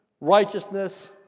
righteousness